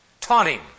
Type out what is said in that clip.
taunting